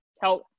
tell